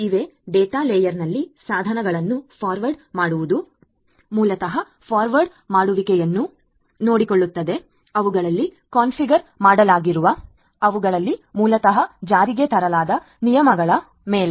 ಇವೆ ಡೇಟಾ ಲೇಯರ್ನಲ್ಲಿ ಸಾಧನಗಳನ್ನು ಫಾರ್ವರ್ಡ್ ಮಾಡುವುದು ಮೂಲತಃ ಫಾರ್ವರ್ಡ್ ಮಾಡುವಿಕೆಯನ್ನು ನೋಡಿಕೊಳ್ಳುತ್ತದೆ ಅವುಗಳಲ್ಲಿ ಕಾನ್ಫಿಗರ್ ಮಾಡಲಾಗಿರುವ ಅವುಗಳಲ್ಲಿ ಮೂಲತಃ ಜಾರಿಗೆ ತರಲಾದ ನಿಯಮಗಳ ಮೇಲೆ